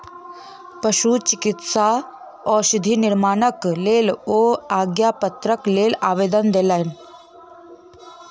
पशुचिकित्सा औषधि निर्माणक लेल ओ आज्ञापत्रक लेल आवेदन देलैन